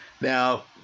now